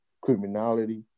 criminality